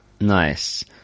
Nice